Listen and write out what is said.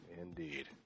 Indeed